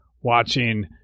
watching